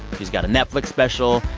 he's got a netflix special,